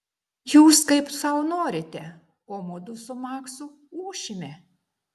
jūs kaip sau norite o mudu su maksu ūšime